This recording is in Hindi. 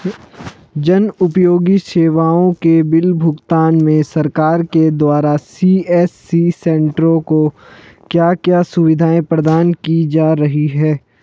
जन उपयोगी सेवाओं के बिल भुगतान में सरकार के द्वारा सी.एस.सी सेंट्रो को क्या क्या सुविधाएं प्रदान की जा रही हैं?